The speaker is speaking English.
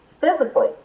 physically